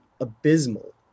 abysmal